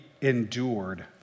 endured